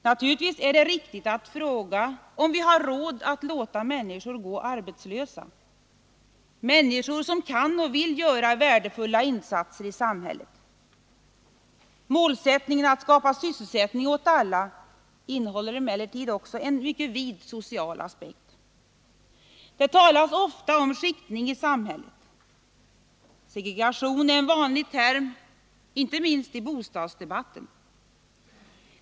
Naturligtvis är det riktigt att fråga om vi har råd att låta människor gå arbetslösa — människor som kan och vill göra värdefulla insatser i samhället. Målsättningen att skapa sysselsättning åt alla innehåller emellertid också en mycket vid social aspekt. kö Det talas ofta om skiktning i samhället. Segregation är en vanlig term, inte minst i bostadsdebatten.